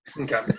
Okay